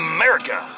America